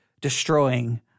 destroying